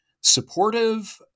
supportive